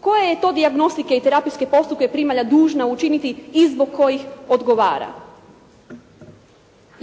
Koje je to dijagnostike i terapijske postupke primalja dužna učiniti i zbog kojih odgovara?